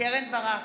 קרן ברק,